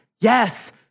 yes